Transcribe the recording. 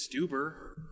Stuber